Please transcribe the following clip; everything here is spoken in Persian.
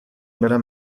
برم